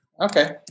Okay